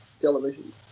television